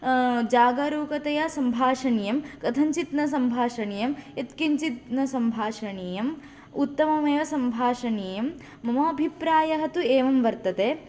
जागरूकतया सम्भाषणीयं कथञ्चित् न सम्भाषणीयं यत्किञ्चित् न सम्भाषणीयं उतत्ममेव सम्भाषणीयं मम अभिप्रायः तु एवं वर्तते